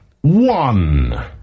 one